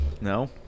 No